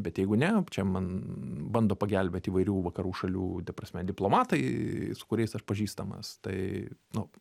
bet jeigu ne čia man bando pagelbėti įvairių vakarų šalių ta prasme diplomatai su kuriais aš pažįstamas tai nu